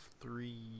three